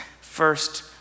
first